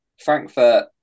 Frankfurt